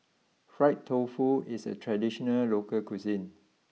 Fried Tofu is a traditional local cuisine